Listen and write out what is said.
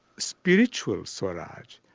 spiritual swaraj,